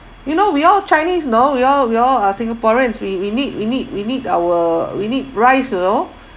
you know we all chinese you know we all we all are singaporeans we we need we need we need our we need rice you know